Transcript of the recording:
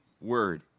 word